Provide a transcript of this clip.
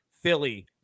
Philly